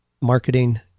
marketing